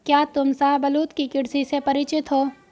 क्या तुम शाहबलूत की कृषि से परिचित हो?